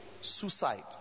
suicide